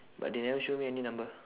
but they never show me any number